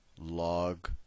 log